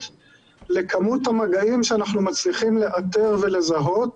לכמות המגעים שאנחנו מצליחים לאתר ולזהות,